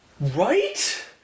right